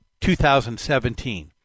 2017